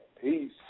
Peace